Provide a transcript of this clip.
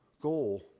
goal